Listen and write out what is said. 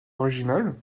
originale